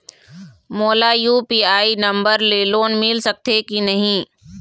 मोला UPI number ले loan मिल सकथे कि नहीं?